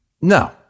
No